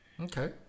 Okay